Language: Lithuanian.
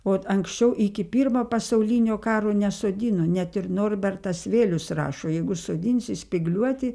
o anksčiau iki pirmo pasaulinio karo nesodino net ir norbertas vėlius rašo jeigu sodinsi spygliuotį